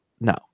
no